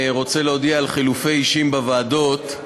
רוצה להודיע על חילופי אישים בוועדות.